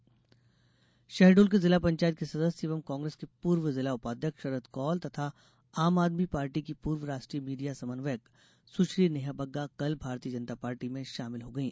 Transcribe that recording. भाजपा शामिल शहडोल के जिला पंचायत के सदस्य एवं कांग्रेस के पूर्व जिला उपाध्यक्ष शरद कोल तथा आम आदमी पार्टी की पूर्व राष्ट्रीय मीडिया समन्वयक सुश्री नेहा बग्गा कल भारतीय जनता पार्टी में शामिल हो गई